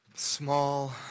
Small